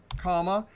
comma,